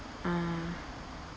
ah